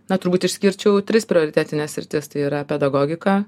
na turbūt išskirčiau tris prioritetines sritis tai yra pedagogika